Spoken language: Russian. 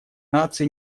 наций